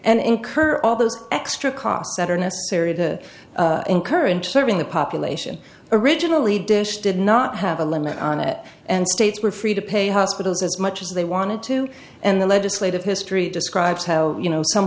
and incur all those extra costs that are necessary to encourage serving the population originally dish did not have a limit on it and states were free to pay hospitals as much as they wanted to and the legislative history describes how you know some